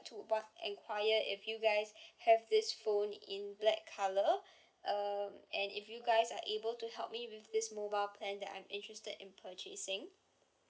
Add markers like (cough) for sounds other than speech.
to b~ enquire if you guys (breath) have this phone in black colour (breath) um and if you guys are able to help me with this mobile plan that I'm interested in purchasing